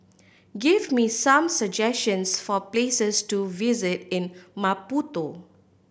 give me some suggestions for places to visit in Maputo